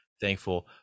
thankful